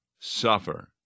suffer